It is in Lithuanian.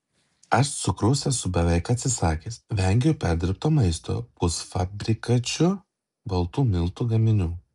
aš cukraus esu beveik atsisakęs vengiu perdirbto maisto pusfabrikačių baltų miltų gaminių